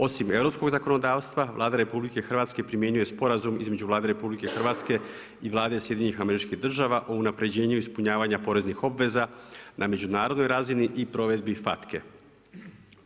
Osim europskog zakonodavstva Vlada RH primjenjuje Sporazum između Vlade RH i Vlade SAD-a o unapređenju ispunjavanja poreznih obveza na međunarodnoj razini i provedbi FATCA-e.